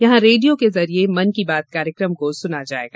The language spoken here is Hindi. यहां रेडियो के जरिए मन की बात कार्यक्रम को सुना जायेगा